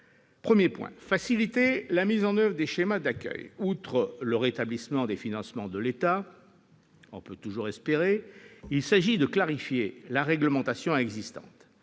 terrain. Afin de faciliter la mise en oeuvre des schémas d'accueil, outre le rétablissement des financements de l'État- on peut toujours espérer ...-, il convient de clarifier la réglementation existante.